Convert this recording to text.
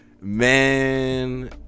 man